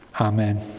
Amen